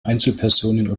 einzelpersonen